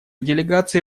делегации